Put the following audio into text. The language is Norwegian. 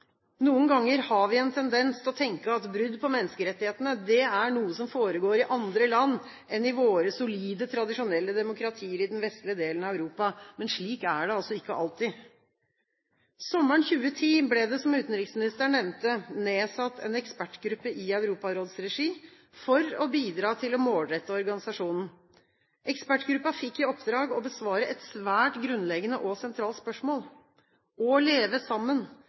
Noen ganger har vi en tendens til å tenke at brudd på menneskerettighetene, det er noe som foregår i andre land enn i våre solide, tradisjonelle demokratier i den vestlige delen av Europa. Men slik er det altså ikke alltid. Sommeren 2010 ble det, som utenriksministeren nevnte, nedsatt en ekspertgruppe i Europarådets regi, for å bidra til å målrette organisasjonen. Ekspertgruppen fikk i oppdrag å besvare et svært grunnleggende og sentralt spørsmål: å leve sammen